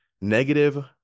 negative